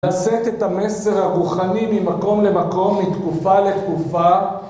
לשאת את המסר הרוחני ממקום למקום, מתקופה לתקופה